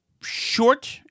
short